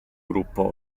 gruppo